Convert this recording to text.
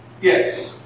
Yes